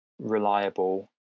reliable